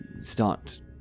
start